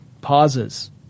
pauses